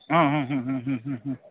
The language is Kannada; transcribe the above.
ಹಾಂ ಹ್ಞೂ ಹ್ಞೂ ಹ್ಞೂ ಹ್ಞೂ